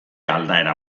aldaera